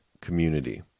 community